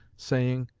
saying,